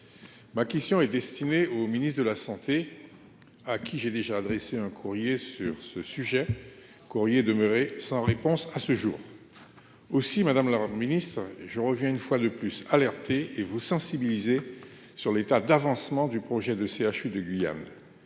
Ma question est destinée au ministre de la Santé. À qui j'ai déjà adressé un courrier sur ce sujet. Courrier demeurées sans réponse à ce jour. Aussi Madame la Ministre je reviens une fois de plus alerter et vous sensibiliser sur l'état d'avancement du projet de CHU de Guyane.